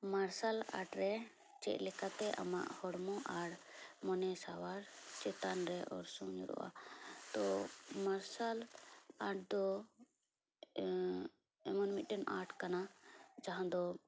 ᱢᱟᱨᱥᱟᱞ ᱟᱨᱴ ᱨᱮ ᱪᱮᱫ ᱞᱮᱠᱟᱛᱮ ᱟᱢᱟᱜ ᱦᱚᱲᱢᱚ ᱟᱨ ᱢᱚᱱᱮ ᱥᱟᱶᱟᱨ ᱪᱮᱛᱟᱱ ᱨᱮ ᱚᱨᱥᱚᱝ ᱧᱩᱨᱩᱜᱼᱟ ᱛᱚ ᱢᱟᱨᱥᱟᱞ ᱟᱨᱴ ᱫᱚ ᱮᱢᱚᱱ ᱢᱤᱫᱴᱮᱱ ᱟᱨᱴ ᱠᱟᱱᱟ ᱡᱟᱦᱟᱸ ᱫᱚ